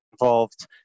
involved